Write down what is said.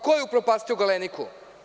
Ko je upropastio „Galeniku“